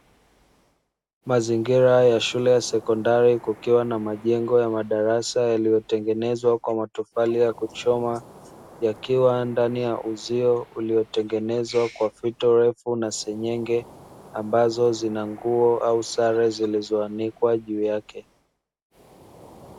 Mazingira ya shule ya sekondari kukiwa na majengo ya madarasa yaliyotengenezwa kwa matofali ya kuchoma, yakiwa ndani ya uzio uliotengenezwa kwa fito refu na seng'enge ambazo zina nguo au sare zilizoanikwa juu yake.